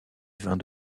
vins